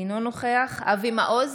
אינו נוכח אבי מעוז,